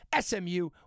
SMU